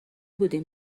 بودیم